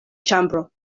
ĉambro